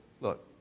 look